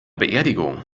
beerdigung